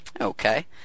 Okay